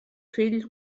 fill